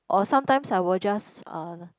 or sometimes I will just uh